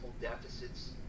deficits